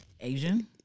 Asian